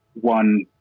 one